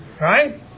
right